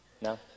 No